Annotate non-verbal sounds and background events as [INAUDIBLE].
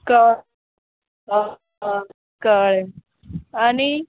क [UNINTELLIGIBLE] कळ्ळें आनी